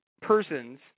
persons